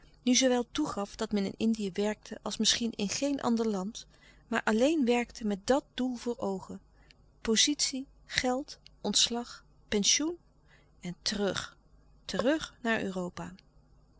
zij wel toegaf dat men in indië werkte als misschien in geen ander land maar alleen werkte met dat doel voor oogen pozitie geld ontslag pensioen en terug terug naar europa